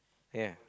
ya